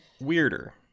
weirder